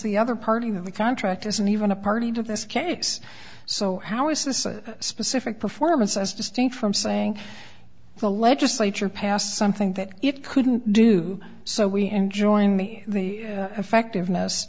the other part of the contract isn't even a party to this case so how is this a specific performance as distinct from saying the legislature passed something that it couldn't do so we enjoined me the effectiveness